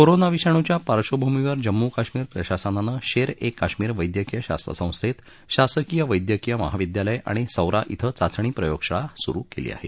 corona विषाणूच्या पार्श्वभूमीवर जम्मू काश्मीर प्रशासनानं शेर ए काश्मीर वैद्यकीय शास्त्र संस्थेतशासकीय वैद्यकीय महाविद्यालय आणि सौरा क्विं चाचणी प्रयोग शाळा सुरु केली आहे